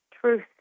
truth